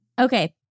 Okay